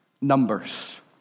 numbers